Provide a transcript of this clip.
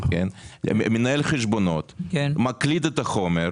מנהל חשבונות מקליד את החומר,